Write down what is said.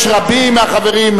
יש רבים מהחברים.